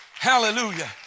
Hallelujah